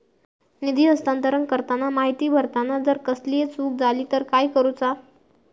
निधी हस्तांतरण करताना माहिती भरताना जर कसलीय चूक जाली तर काय करूचा?